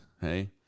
Hey